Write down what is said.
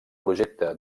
projecte